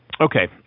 okay